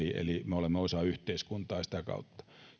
olemme osa yhteiskuntaa sitä kautta ja